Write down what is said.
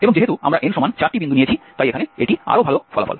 এবং যেহেতু আমরা n4 বিন্দু নিয়েছি তাই এখানে এটি আরও ভাল ফলাফল